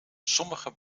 sommige